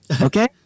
Okay